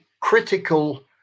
critical